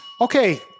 Okay